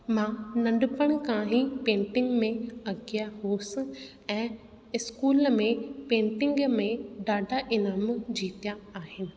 मां नंढपण खां ही पेंटिंग में अॻियां हुअसि ऐं इस्कूल में पेंटिंग में ॾाढा इनामू जीतिया आहिनि